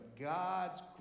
God's